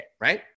right